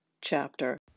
chapter